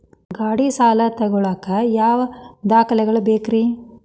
ಗಾಡಿ ಸಾಲ ತಗೋಳಾಕ ಯಾವ ದಾಖಲೆಗಳ ಬೇಕ್ರಿ?